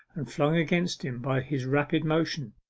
and flung against him by his rapid motion,